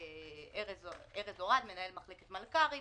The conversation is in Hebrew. ארז אורעד מנהל מחלקת מלכ"רים,